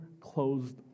closed